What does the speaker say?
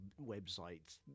websites